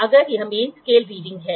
अगला उपकरण sine bar होगा